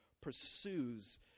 pursues